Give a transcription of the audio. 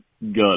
Good